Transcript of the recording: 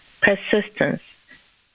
persistence